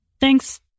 Thanks